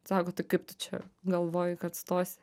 sako tai kaip tu čia galvojai kad stosi